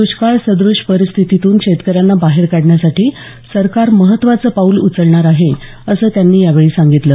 दुष्काळसद्रष्य परिस्थितीतून शेतकऱ्यांना बाहेर काढण्यासाठी सरकार महत्त्वाचं पाऊल उचलणार आहे असं त्यांनी यावेळी सांगितलं